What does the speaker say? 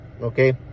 Okay